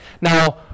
Now